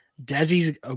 Desi's